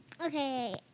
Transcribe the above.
Okay